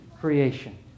creation